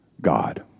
God